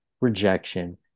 rejection